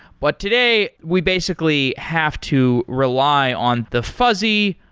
but today, we basically have to rely on the fuzzy,